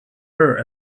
her